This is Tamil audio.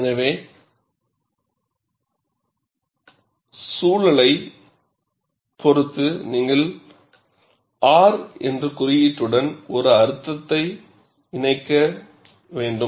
எனவே சூழலைப் பொறுத்து நீங்கள் R என்ற குறியீட்டுடன் ஒரு அர்த்த்ததை இணைக்க வேண்டும்